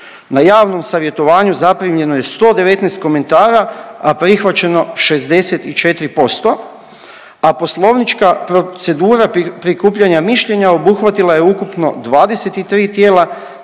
Na javnom savjetovanju zaprimljeno je 119 komentara, a prihvaćeno 64%, a poslovnička procedura prikupljanja mišljenja obuhvatila je ukupno 23 tijela,